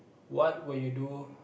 what would you do